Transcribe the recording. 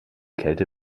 kälte